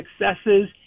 successes